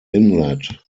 inlet